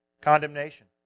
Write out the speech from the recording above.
condemnation